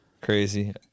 Crazy